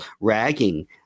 ragging